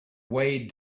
weighted